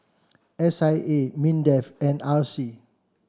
S I A MINDEF and R C